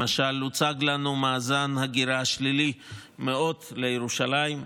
למשל, הוצג לנו מאזן הגירה שלילי מאוד מירושלים.